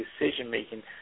decision-making